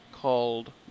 Called